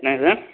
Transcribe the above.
என்னாங்க சார்